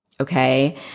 Okay